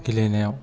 गेलेनायाव